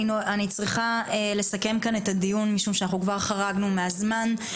אני צריכה לסכם כאן את הדיון משום שאנחנו כבר חרגנו מהזמן.